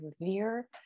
revere